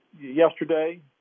yesterday